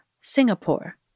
Singapore